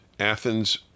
Athens